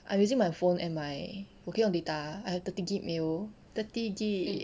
I'm using my phone and my 我可以用 data I have the thirty gib meal thirty G